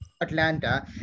Atlanta